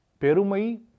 Perumai